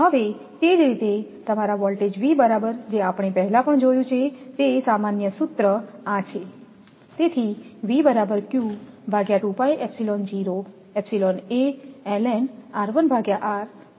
તેથી તે જ રીતે તમારા વોલ્ટેજ V બરાબર જે આપણે પહેલા જોયું છે તે સામાન્ય સૂત્ર છે